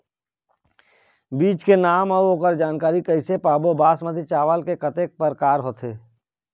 बीज के नाम अऊ ओकर जानकारी कैसे पाबो बासमती चावल के कतेक प्रकार होथे?